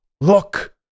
Look